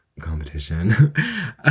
competition